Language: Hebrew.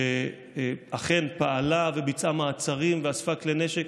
שאכן פעלה וביצעה מעצרים ואספה כלי נשק.